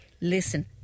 Listen